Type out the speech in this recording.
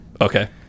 okay